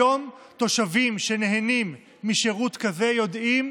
היום תושבים שנהנים משירות כזה יודעים,